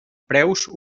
preus